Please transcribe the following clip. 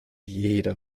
jeder